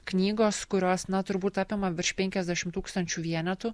knygos kurios na turbūt apima virš penkiasdešimt tūkstančių vienetų